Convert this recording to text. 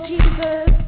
Jesus